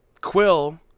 Quill